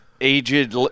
aged